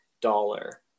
dollar